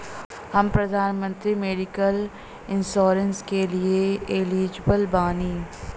हम प्रधानमंत्री medical insurance के लिए एलिजिबल बानी?